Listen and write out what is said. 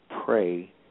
pray